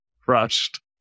Crushed